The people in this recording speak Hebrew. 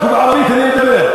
בערבית אני אדבר.